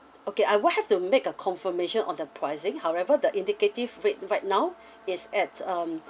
okay I will have to make a confirmation on the pricing however the indicative rate right now is at um